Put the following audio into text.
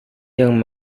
yang